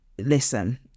Listen